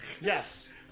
Yes